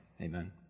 Amen